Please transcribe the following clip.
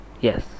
Yes